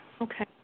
Okay